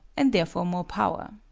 and therefore more power.